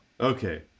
Okay